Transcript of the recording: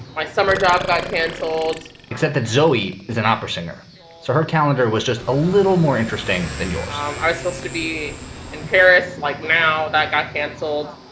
my summer job got canceled except that zoe is an opera singer, so her calendar was just a little more interesting than yours um i was supposed to be in paris like now that got canceled.